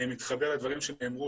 אני מתחבר לדברים שנאמרו,